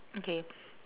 okay